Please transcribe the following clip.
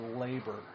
labor